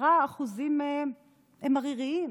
10% מהם הם עריריים,